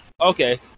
Okay